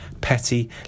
petty